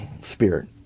spirit